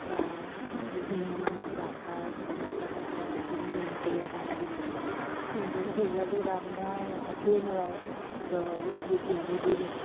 বা ডিঙিত মৰা মাৰ্ফাল বগাকৈ তেনেকৈ ডিঙিত মেৰিয়াই থাকিবৰ কাৰণে দিব লাগে তেনেকুৱাকে সেইবিলাকতো দানৰ একোৱেই নলওঁ ঈশ্বৰ গুৰিত দিয়াদি দি দিওঁ